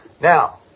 Now